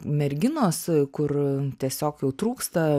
merginos kur tiesiog jau trūksta